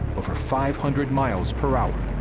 over five hundred miles per hour.